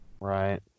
Right